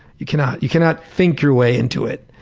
you cannot you cannot think your way into it,